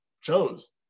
chose